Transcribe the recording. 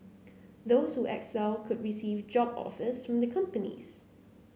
those who excel could receive job offers from the companies